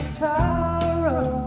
sorrow